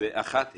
ואחת היא: